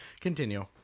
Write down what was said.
continue